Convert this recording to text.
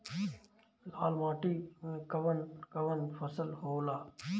लाल माटी मे कवन कवन फसल होला?